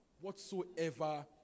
whatsoever